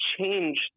change